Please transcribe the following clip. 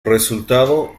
resultado